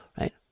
right